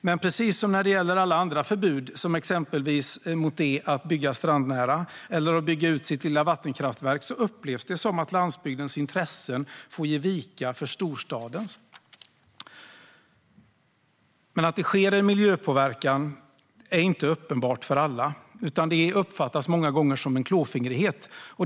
Men precis som när det gäller andra förbud, som exempelvis mot det att bygga strandnära, eller bygga ut sitt lilla vattenkraftverk, upplevs det som att landsbygdens intressen får ge vika för storstadens. Att det sker en miljöpåverkan är inte uppenbart för alla, utan det uppfattas många gånger som en klåfingrighet.